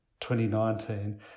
2019